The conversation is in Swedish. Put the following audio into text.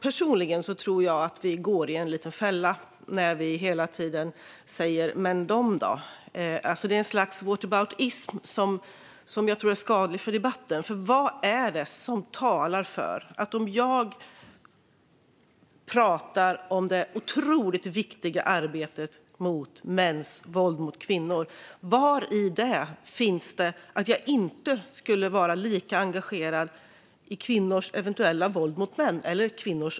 Personligen tror jag att vi lite går i en fälla när vi hela tiden säger: Men de då? Det är ett slags whataboutism som jag tror är skadlig för debatten. Vad är det som talar för att jag, om jag pratar om det otroligt viktiga arbetet mot mäns våld mot kvinnor, inte skulle vara lika engagerad i kvinnors våld mot män?